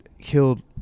killed